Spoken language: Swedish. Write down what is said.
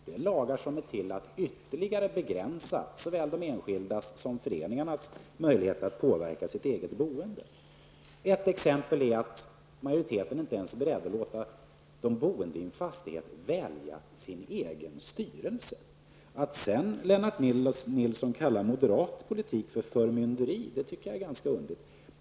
Det är lagar som är till för att ytterligare begränsa såväl de enskildas som föreningarnas möjligheter att påverka det egna boendet. Ett exempel är att majoriteten inte ens är beredd att låta de boende i en fastighet välja sin egen styrelse. Jag tycker att det är ganska underligt att Lennart Nilsson kallar moderat politik för förmynderi.